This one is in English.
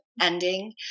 ending